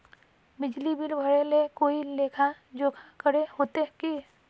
बिजली बिल भरे ले कोई लेखा जोखा करे होते की?